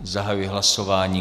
Zahajuji hlasování.